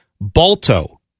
Balto